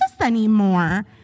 anymore